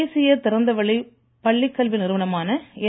தேசிய திறந்தவெளி பள்ளிக்கல்வி நிறுவனமான என்